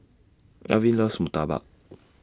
Elvin loves Murtabak